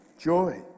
Joy